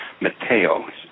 Mateo